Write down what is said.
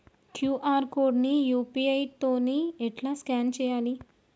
QR code ని UPI తోని ఎట్లా స్కాన్ చేయాలి?